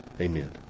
amen